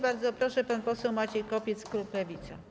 Bardzo proszę, pan poseł Maciej Kopiec, klub Lewica.